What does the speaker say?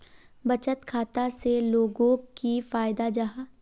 बचत खाता से लोगोक की फायदा जाहा?